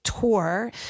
tour